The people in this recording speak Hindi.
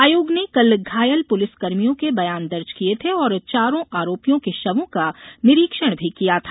आयोग ने कल घायल पुलिसकर्मियों के बयान दर्ज किए थे और चारों आरोपियों के शवों का निरीक्षण भी किया था